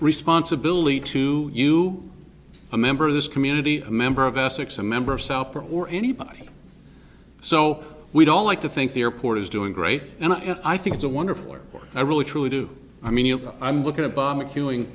responsibility to you a member of this community a member of essex a member of south park or anybody so we'd all like to think the airport is doing great and i think it's a wonderful airport i really truly do i mean i'm looking at bamma cueing